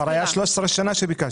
כבר היה 13 שנה שביקשתם.